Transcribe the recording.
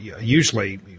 usually